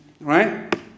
right